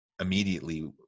immediately